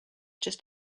just